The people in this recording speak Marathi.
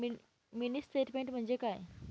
मिनी स्टेटमेन्ट म्हणजे काय?